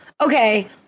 okay